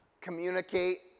communicate